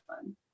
fun